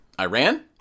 Iran